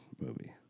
movie